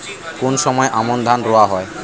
কোন সময় আমন ধান রোয়া হয়?